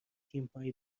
تیمهای